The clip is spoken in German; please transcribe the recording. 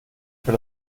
über